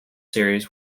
series